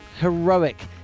heroic